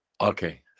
Okay